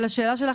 אבל השאלה שלך